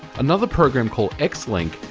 another program, called xlink,